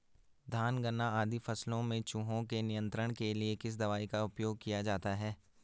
धान गन्ना आदि फसलों में चूहों के नियंत्रण के लिए किस दवाई का उपयोग किया जाता है?